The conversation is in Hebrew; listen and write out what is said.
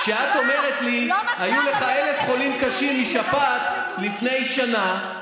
את אומרת לי: היו לך 1,000 חולים קשים משפעת לפני שנה,